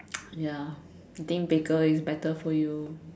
ya I think bigger is better for you